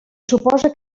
suposa